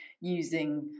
using